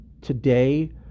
today